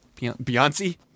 Beyonce